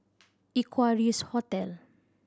Equarius Hotel